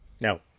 No